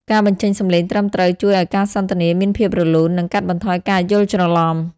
ការបញ្ចេញសំឡេងត្រឹមត្រូវជួយឱ្យការសន្ទនាមានភាពរលូន និងកាត់បន្ថយការយល់ច្រឡំ។